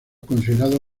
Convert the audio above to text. considerado